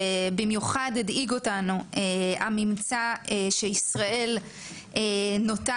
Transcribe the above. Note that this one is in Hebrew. ובמיוחד הדאיג אותנו הממצא שישראל נוטה